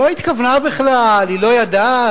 לא התכוונה בכלל, היא לא ידעה.